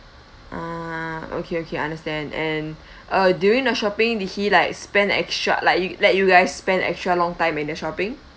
ah okay okay I understand and uh during the shopping did he like spend extra like you let you guys spend extra long time in the shopping